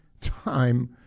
time